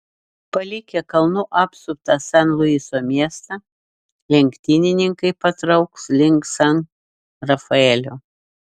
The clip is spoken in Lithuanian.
palikę kalnų apsuptą san luiso miestą lenktynininkai patrauks link san rafaelio